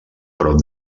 prop